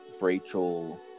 Rachel